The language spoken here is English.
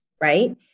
Right